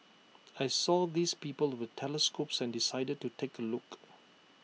I saw these people with the telescopes and decided to take A look